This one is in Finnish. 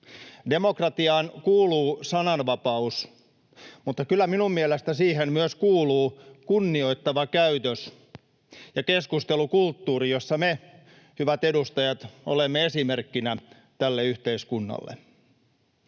Demokratiaan kuuluu sananvapaus, mutta kyllä minun mielestäni siihen kuuluu myös kunnioittava käytös ja keskustelukulttuuri, jossa me, hyvät edustajat, olemme esimerkkinä tälle yhteiskunnalle.